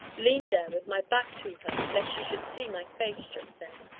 leaned there with my back to her lest she should see my face just then.